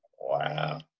wow